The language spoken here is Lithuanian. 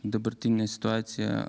dabartinę situaciją